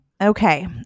Okay